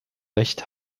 recht